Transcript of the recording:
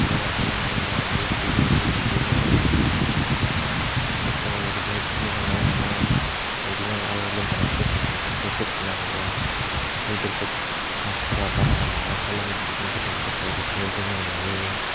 जायगा गैयै मायै जायगा गैयि सिथ मोनि बिदिनो खामनाय मानाय खस्थ होयो बिदिनो ट्रिटमेन्ट लानाय मानाय बिदिनो आरो लोमजानाय एसे एसे खारनो हागौ आ खायसे दुलदुब नार्साफोरा बारा माबा खालामा बिदिनो ट्रिटमेन्टफोरखौ एसियाव दोनो मायो